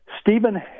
Stephen